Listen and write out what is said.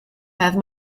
had